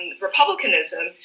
Republicanism